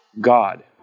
God